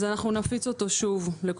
אנחנו נפיץ אותו שוב.